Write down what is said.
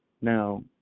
now